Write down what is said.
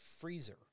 freezer